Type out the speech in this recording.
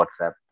WhatsApp